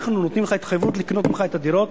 אנחנו נותנים לך התחייבות לקנות ממך את הדירות